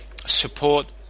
support